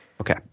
Okay